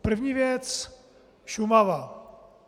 První věc Šumava.